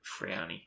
frowny